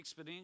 exponential